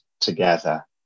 together